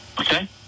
Okay